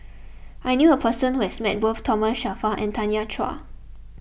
I knew a person who has met both Thomas Shelford and Tanya Chua